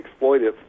exploitive